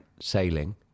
Sailing